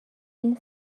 این